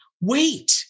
Wait